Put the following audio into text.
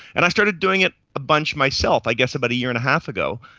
and i started doing it a bunch myself i guess about a year and a half ago,